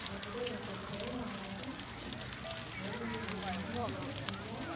जम्मू धोड़ी किट्ठे गै जाना असें नेईं कोई गल्ल नेईं ऐ तुस आई जाओ